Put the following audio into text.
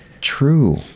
True